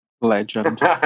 Legend